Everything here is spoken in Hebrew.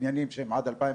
בניינים שהם עד 2009,